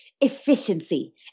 efficiency